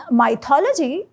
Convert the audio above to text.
mythology